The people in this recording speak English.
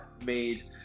made